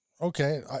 okay